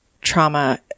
trauma